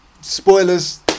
spoilers